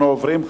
אנחנו עוברים,